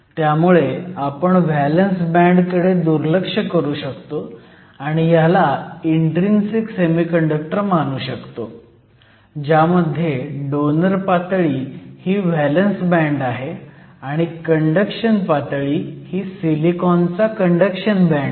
त्यामुळे आपण valence band कडे दुर्लक्ष करू शकतो आणि ह्याला इन्ट्रीन्सिक सेमीकंडक्टर मानू शकतो ज्यामध्ये डोनर पातळी ही व्हॅलंस बँड आहे आणि कंडक्शन पातळी ही सिलिकॉनचा कंडक्शन बँड आहे